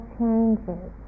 changes